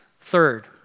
Third